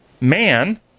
man